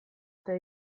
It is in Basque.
eta